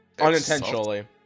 Unintentionally